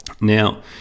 Now